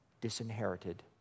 disinherited